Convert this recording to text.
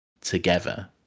together